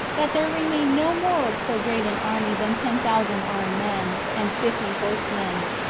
that there remained no more of so great an army than ten thousand armed men, and fifty horsemen.